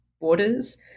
borders